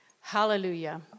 hallelujah